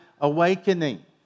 awakening